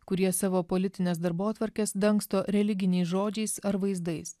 kurie savo politines darbotvarkes dangsto religiniais žodžiais ar vaizdais